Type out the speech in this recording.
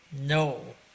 No